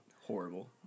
Horrible